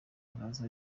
araza